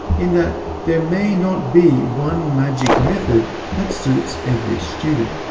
in that there may not be one magic method that suits every student.